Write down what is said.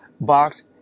box